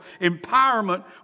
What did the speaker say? empowerment